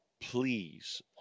please